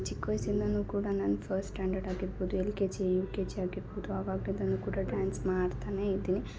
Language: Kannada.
ಚಿಕ್ಕ ವಯಸ್ಸಿಂದ ಕೂಡ ನಾನು ಫರ್ಸ್ಟ್ ಸ್ಟ್ಯಾಂಡರ್ಡ್ ಆಗಿರ್ಬೌದು L K G U K G ಆಗಿರ್ಬೌದು ಅವಾಗ್ಲಿಂದ ಕೂಡ ಡ್ಯಾನ್ಸ್ ಮಾಡ್ತಾನೇ ಇದ್ದೀನಿ